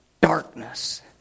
darkness